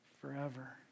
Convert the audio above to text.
forever